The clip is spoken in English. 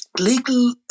legal